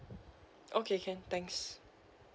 okay can thanks